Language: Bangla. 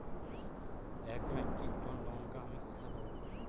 এক মেট্রিক টন লঙ্কা আমি কোথায় পাবো?